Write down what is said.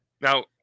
Now